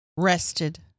rested